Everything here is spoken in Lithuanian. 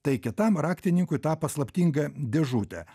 tai kitam raktininkui tą paslaptingą dėžutę